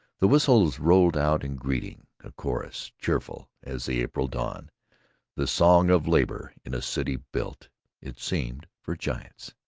the whistles rolled out in greeting a chorus cheerful as the april dawn the song of labor in a city built it seemed for giants.